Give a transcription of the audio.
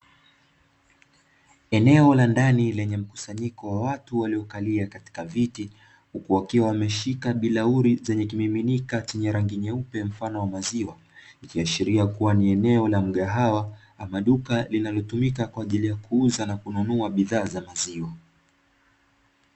Eneo la ndani lenye mkusanyiko wa watu waliokalia katika viti huku wakiwa wameshika bilauri zenye kimiminika chenye rangi nyeupe mfano wa maziwa. Ikiashiria kuwa ni eneo la mgahawa amaduka linalotumika kwa ajili ya kuuza na kununua bidhaa za maziwa.